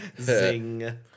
Zing